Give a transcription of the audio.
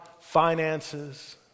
finances